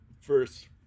first